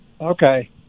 Okay